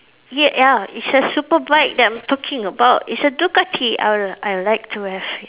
ya ya it's a super bike that I'm talking about it's a Ducati I I like to have it